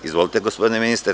Izvolite, gospodine ministre.